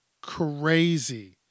crazy